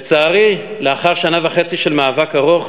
לצערי, לאחר שנה וחצי של מאבק ארוך